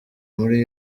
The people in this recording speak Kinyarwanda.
muri